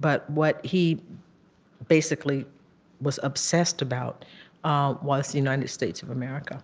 but what he basically was obsessed about ah was the united states of america